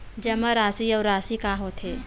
जमा राशि अउ राशि का होथे?